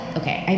okay